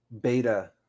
beta